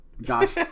Josh